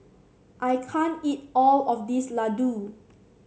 I can't eat all of this laddu